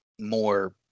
more